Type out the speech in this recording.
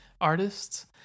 artists